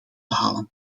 halen